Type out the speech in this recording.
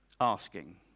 Asking